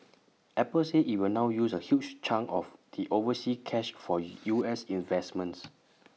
Apple said IT will now use A large chunk of the overseas cash for U S investments